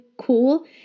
cool